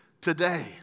today